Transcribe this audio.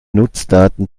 nutzdaten